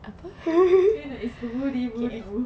snowman is a booty booty boo